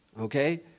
okay